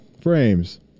frames